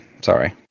Sorry